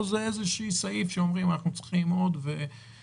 או שזה איזה סעיף שאומרים: אנחנו צריכים עוד --?